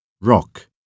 Rock